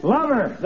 Lover